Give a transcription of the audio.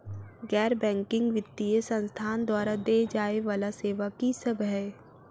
गैर बैंकिंग वित्तीय संस्थान द्वारा देय जाए वला सेवा की सब है?